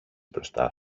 μπροστά